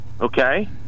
Okay